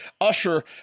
Usher